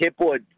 Hipwood